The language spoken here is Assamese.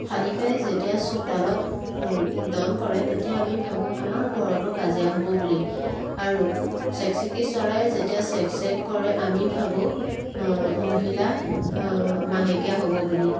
শালিকাই যেতিয়া চোতালত ডন কৰে তেতিয়া আমি ভাবোঁ আমাৰ ঘৰতো কাজিয়া হ'ব বুলি আৰু চেকচেকী চৰাই যেতিয়া চেক্ চেক্ কৰে আমি ভাবোঁ মহিলা মাহেকীয়া হ'ব বুলি